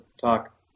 talk